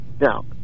Now